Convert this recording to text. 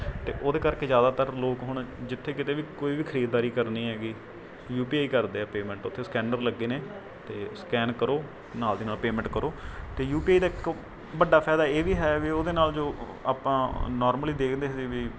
ਅਤੇ ਉਹਦੇ ਕਰਕੇ ਜ਼ਿਆਦਾਤਰ ਲੋਕ ਹੁਣ ਜਿੱਥੇ ਕਿਤੇ ਵੀ ਕੋਈ ਵੀ ਖਰੀਦਦਾਰੀ ਕਰਨੀ ਹੈਗੀ ਯੂ ਪੀ ਆਈ ਕਰਦੇ ਹੈ ਪੇਮੈਂਟ ਓਥੇ ਸਕੈਨਰ ਲੱਗੇ ਨੇ ਅਤੇ ਸਕੈਨ ਕਰੋ ਨਾਲ ਦੀ ਨਾਲ ਪੇਮੈਂਟ ਕਰੋ ਅਤੇ ਯੂ ਪੀ ਆਈ ਦਾ ਇੱਕ ਵੱਡਾ ਫ਼ਾਈਦਾ ਇਹ ਵੀ ਹੈ ਵੀ ਉਹਦੇ ਨਾਲ ਜੋ ਆਪਾਂ ਨੋਰਮਲੀ ਦੇਖਦੇ ਸੀ ਵੀ